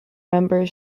member